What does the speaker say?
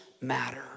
matter